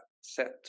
set